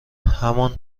همان